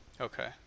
Okay